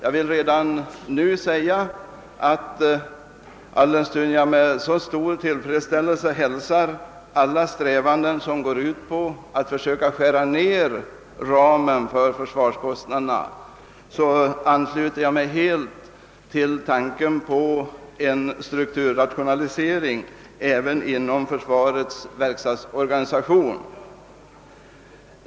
Alldenstund jag med stor tillfredsställelse hälsar alla strävanden som går ut på att försöka skära ned ramen för försvarskostnaderna ansluter jag mig helt till tanken på en strukturrationalisering även inom försvarets verkstadsorganisation.